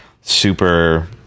super